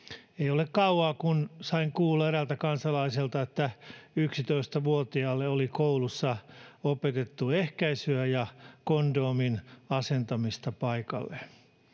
ole kauaa siitä kun sain kuulla eräältä kansalaiselta että yksitoista vuotiaalle oli koulussa opetettu ehkäisyä ja kondomin asentamista paikalleen